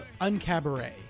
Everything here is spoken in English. Uncabaret